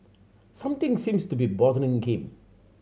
something seems to be bothering him